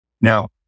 Now